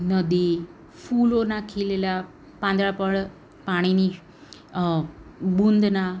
નદી ફૂલોના ખીલેલા પાંદડા પળ પાણીની બુંદના